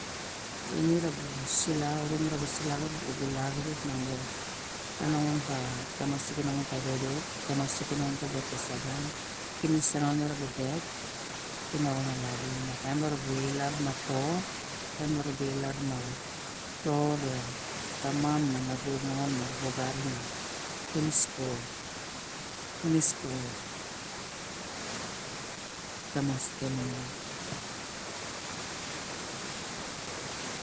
Ine rabu sula orong erabu sula xirip ra nongon ka tamasik ke nongon ke dedek e tamsik ke nongon ka bate saban kinis sa nongon marabu dek kinoxan na lagunon ma kaim mara ilar ma to ma kaim bara ilar ma tamam ma nago ra nongon meraba ogarin kinis ro tamasik ke nongon